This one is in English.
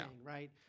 right